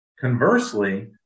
Conversely